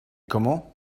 comment